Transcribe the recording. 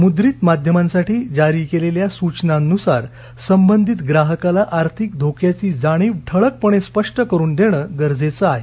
मुद्रित माध्यमांसाठी जारी केलेल्या सूचनांनुसार संबंधित ग्राहकाला आर्थिक धोक्याची जाणीव ठळकपणे स्पष्ट करून देणे गरजेचे आहे